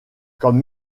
comme